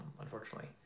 unfortunately